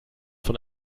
von